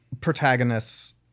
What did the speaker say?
protagonists